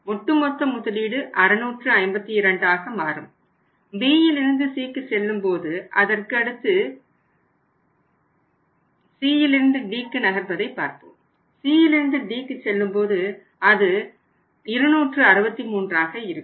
ஒட்டுமொத்த முதலீடு 652 ஆக மாறும் Bயிலிருந்து Cக்கு செல்லும்போது அதற்கு அடுத்து Cயிலிருந்து Dக்கு நகர்வதை பார்ப்போம் Cயிலிருந்து Dக்கு செல்லும்போது அது 263 ஆக இருக்கும்